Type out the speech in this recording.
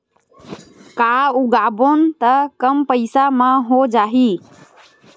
का उगाबोन त कम पईसा म हो जाही?